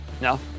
no